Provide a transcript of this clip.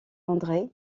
andré